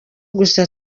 gusa